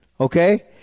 Okay